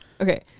okay